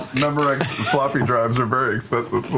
memorex floppy drives are very expensive,